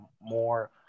more